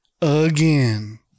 Again